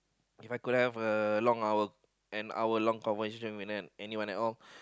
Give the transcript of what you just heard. If I could have a long hour an hour long conversation with uh anyone at all